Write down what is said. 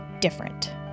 different